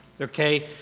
Okay